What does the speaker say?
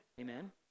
Amen